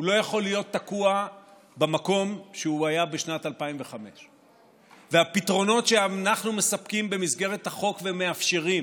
הוא לא יכול להיות תקוע במקום שהוא היה בשנת 2005. הפתרונות שאנחנו מספקים במסגרת החוק ומאפשרים